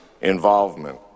involvement